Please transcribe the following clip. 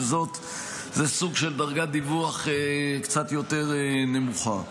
שזה סוג של דרגת דיווח נמוכה יותר.